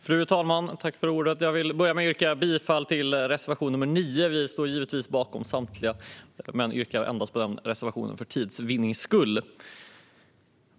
Fru talman! Jag vill börja med att yrka bifall till reservation nr 9. Vi står givetvis bakom samtliga våra reservationer, men för tids vinnande yrkar vi endast bifall till den.